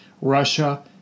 Russia